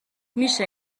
میشه